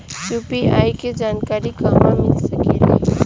UPI के जानकारी कहवा मिल सकेले?